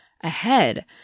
ahead